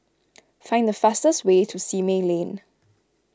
find the fastest way to Simei Lane